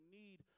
need